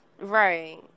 Right